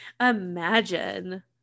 imagine